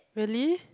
really